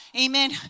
amen